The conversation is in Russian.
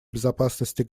безопасности